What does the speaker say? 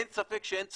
אין ספק שאין צורך,